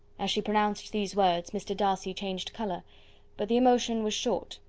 as she pronounced these words, mr. darcy changed colour but the emotion was short,